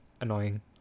annoying